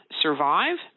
survive